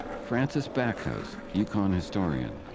frances backhouse, yukon historian.